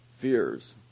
fears